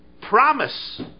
Promise